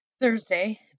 Thursday